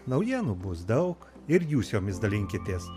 naujienų bus daug ir jūs jomis dalinkitės